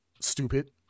stupid